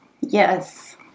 Yes